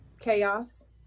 Chaos